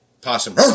possum